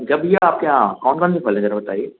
जी भैया आपके यहाँ कौन कौन से फल हैं ज़रा बताइए